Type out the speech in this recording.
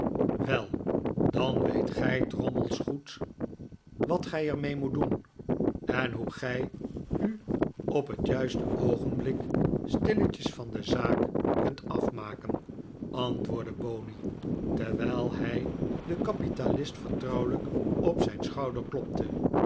wel dan weet gij drommels gij er mee doen moet en hoe gij u op het juiste oogenblik stilletjes van de zaak kunt afmaken antwoordde bonney terwijl hij den kapitalist vertrouwelijk op zijn schouder klopte